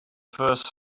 first